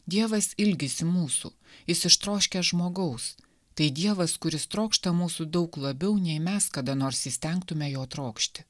dievas ilgisi mūsų jis ištroškęs žmogaus tai dievas kuris trokšta mūsų daug labiau nei mes kada nors įstengtume jo trokšti